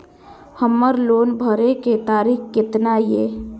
हमर लोन भरे के तारीख केतना ये?